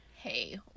Hey